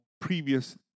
previous